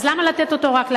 אז למה לתת אותו רק לעשירים?